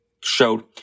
showed